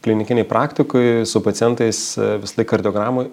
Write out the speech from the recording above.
klinikinėj praktikoj su pacientais visąlaik kardiogramoj